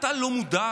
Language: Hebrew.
אתה לא מודאג?